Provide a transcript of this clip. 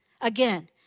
Again